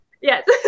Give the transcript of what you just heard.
yes